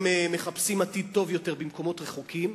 הם מחפשים עתיד טוב יותר במקומות רחוקים.